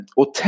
Och